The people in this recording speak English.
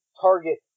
target